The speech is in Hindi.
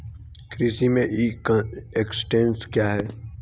कृषि में ई एक्सटेंशन क्या है?